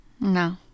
No